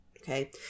Okay